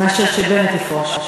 מאשר שבנט יפרוש.